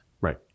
Right